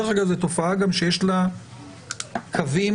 מה זאת אומרת "לדבר אוויר"?